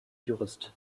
jurist